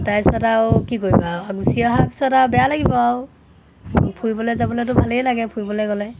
তাৰপিছত আৰু কি কৰিবা গুচি অহা পিছত আৰু বেয়া লাগিব আৰু ফুৰিবলৈ যাবলৈতো ভালেই লাগে ফুৰিবলৈ গ'লে